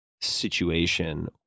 situation